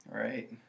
Right